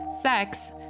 sex